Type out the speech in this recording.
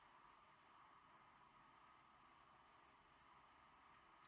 no